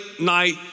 night